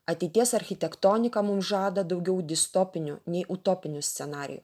ateities architektonika mum žada daugiau distopinių nei utopinių scenarijų